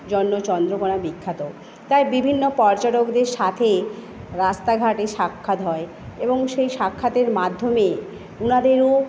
জন্য চন্দ্রকোণা বিখ্যাত তাই বিভিন্ন পর্যটকদের সাথে রাস্তাঘাটে সাক্ষাৎ হয় এবং সেই সাক্ষাতের মাধ্যমে ওনাদেরও